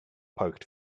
parked